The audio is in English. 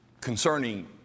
Concerning